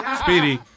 Speedy